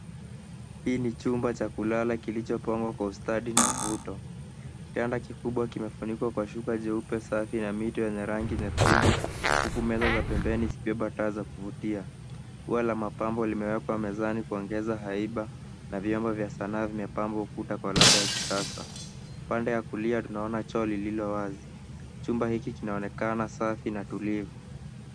Hii ni chumba cha kulala kilichopangwa kwa ustadi na uvuto. Kitanda kikubwa kimefunikwa kwa shuka jeupe safi na mito yenye rangi nyekundu huku meza za pembeni zikibeba taa za kuvutia. Ua la mapambo limewekwa mezani kuongeza haiba na vyombo vya sanaa vimepamba ukuta kwa ladha ya kisasa. Pande ya kulia tunaona cho lililowazi. Chumba hiki kinaonekana safi na tulivu.